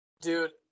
Dude